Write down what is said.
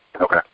Okay